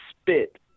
spit